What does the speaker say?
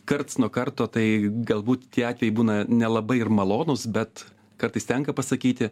karts nuo karto tai galbūt tie atvejai būna nelabai ir malonūs bet kartais tenka pasakyti